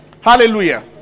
Hallelujah